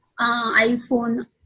iPhone